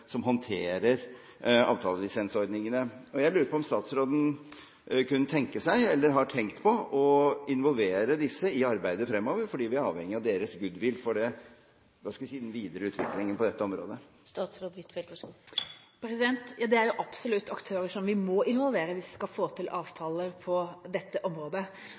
som håndterer avtalelisensordningene. Jeg lurer på om statsråden kunne tenke seg, eller har tenkt på, å involvere disse i arbeidet framover, for vi er avhengig av deres goodwill for den videre utviklingen på dette området. Det er jo absolutt aktører som vi må involvere, hvis vi skal få til avtaler på